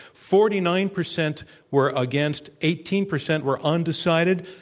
forty nine percent were against. eighteen percent were undecided.